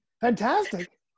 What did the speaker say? Fantastic